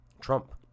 Trump